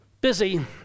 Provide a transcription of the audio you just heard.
busy